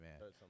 man